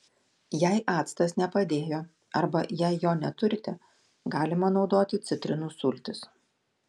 jei actas nepadėjo arba jei jo neturite galima naudoti citrinų sultis